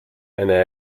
eine